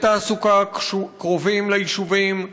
זה קשור לאזורי תעסוקה קרובים ליישובים,